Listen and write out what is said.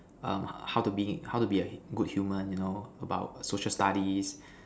um how to be how to be a good human you know about social studies